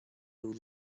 would